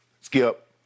Skip